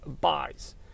buys